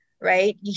right